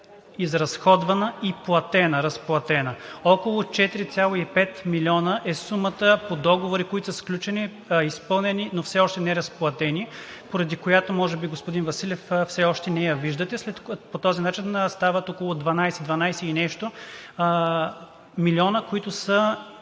изразходвана и разплатена. Около 4,5 милиона е сумата по договори, които са сключени и изпълнени, но все още не разплатени, поради което може би, господин Василев, все още не я виждате. По този начин стават около 12 – 12 и нещо милиона, които